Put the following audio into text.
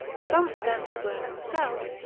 some for them to wear themselves,